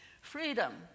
Freedom